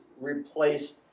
replaced